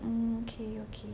mm okay okay